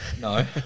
No